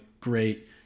great